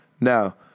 Now